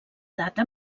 data